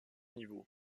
niveaux